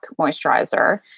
Moisturizer